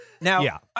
Now